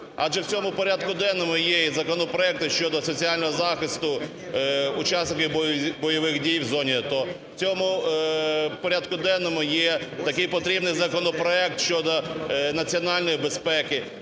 Адже в цьому порядку денному є і законопроекти щодо соціального захисту учасників бойових дій в зоні АТО, в цьому порядку денному є такий потрібний законопроект щодо національної безпеки.